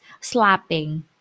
slapping